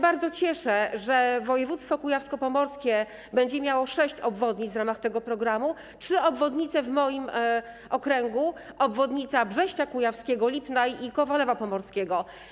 Bardzo się cieszę, że województwo kujawsko-pomorskie będzie miało sześć obwodnic w ramach tego programu, trzy obwodnice w moim okręgu, obwodnice Brześcia Kujawskiego, Lipna i Kowalewa Pomorskiego.